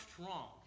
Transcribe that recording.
strong